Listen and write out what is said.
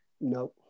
No